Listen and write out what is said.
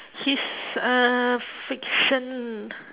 his uh fiction